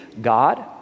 God